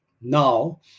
now